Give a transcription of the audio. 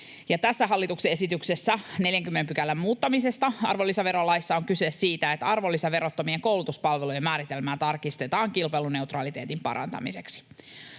tässä hallituksen esityksessä 40 §:n muuttamisesta arvonlisäverolaissa on kyse siitä, että arvonlisäverottomien koulutuspalvelujen määritelmää tarkistetaan kilpailuneutraliteetin parantamiseksi.